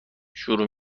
شروع